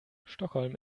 stockholm